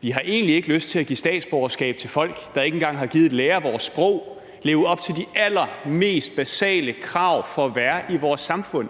vi har egentlig ikke lyst til at give statsborgerskab til folk, der ikke engang har gidet lære vores sprog, og som ikke lever op til de mest basale krav for at være i vores samfund.